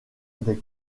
des